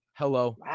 Hello